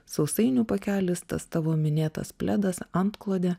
sausainių pakelis tas tavo minėtas pledas antklodė